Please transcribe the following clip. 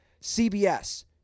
CBS